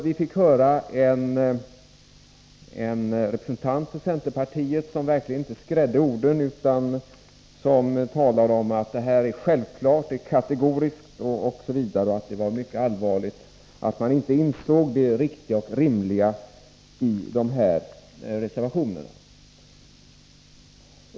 Vi fick höra en representant för centerpartiet som verkligen inte skrädde orden, utan talade i termer som självklart, kategoriskt osv. och att det var mycket allvarligt att man inte insåg det riktiga och rimliga i dessa reservationer.